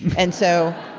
and so,